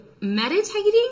meditating